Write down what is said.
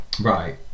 Right